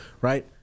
right